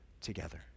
together